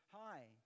high